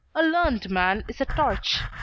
a learned man is a torch.